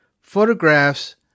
photographs